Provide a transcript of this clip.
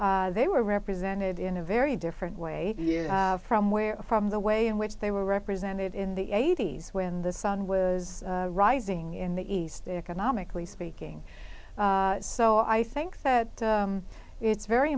they were represented in a very different way from where from the way in which they were represented in the eighty's when the sun was rising in the east economically speaking so i think that it's very